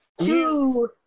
Two